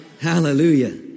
Hallelujah